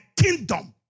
kingdom